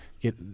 get